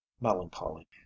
melancholy